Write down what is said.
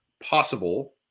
possible